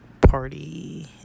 party